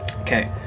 Okay